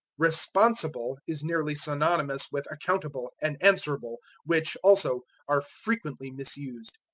responsible is nearly synonymous with accountable and answerable, which, also, are frequently misused.